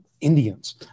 Indians